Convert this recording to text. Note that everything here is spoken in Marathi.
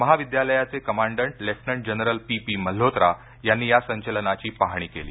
महाविद्यालयाचे commandant lieutenant general P P Malhotra यांनी या संचलनाची पाहणी केली